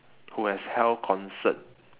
who has held concert